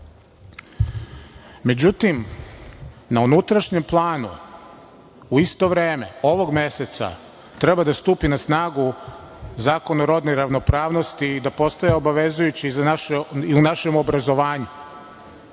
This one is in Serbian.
Međutim, na unutrašnjem planu u isto vreme ovog meseca treba da stupi na snagu Zakon o rodnoj ravnopravnosti i da postane obavezujući i u našem obrazovanju.